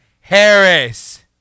Harris